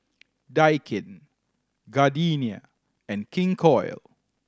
Daikin Gardenia and King Koil